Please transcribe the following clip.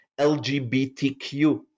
LGBTQ